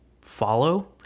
follow